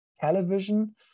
television